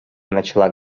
начала